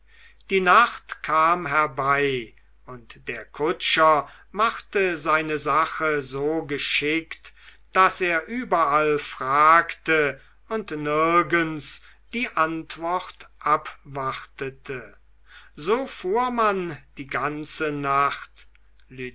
die nacht kam herbei und der kutscher machte seine sache so geschickt daß er überall fragte und nirgends die antwort abwartete so fuhr man die ganze nacht